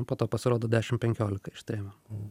po to pasirodo dešimt penkiolika ištrėmė